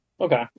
Okay